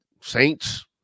saints